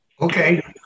Okay